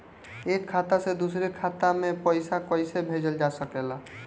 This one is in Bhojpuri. एक खाता से दूसरे खाता मे पइसा कईसे भेजल जा सकेला?